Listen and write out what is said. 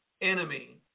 enemy